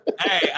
hey